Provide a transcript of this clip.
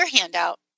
handout